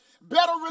Better